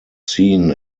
seen